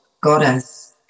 goddess